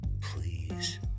Please